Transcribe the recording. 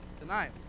Tonight